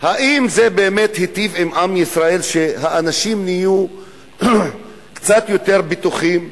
האם זה באמת היטיב עם עם ישראל שהאנשים יהיו קצת יותר בטוחים,